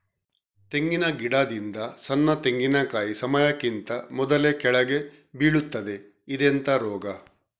ತೆಂಗಿನ ಗಿಡದಿಂದ ಸಣ್ಣ ತೆಂಗಿನಕಾಯಿ ಸಮಯಕ್ಕಿಂತ ಮೊದಲೇ ಕೆಳಗೆ ಬೀಳುತ್ತದೆ ಇದೆಂತ ರೋಗ?